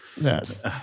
Yes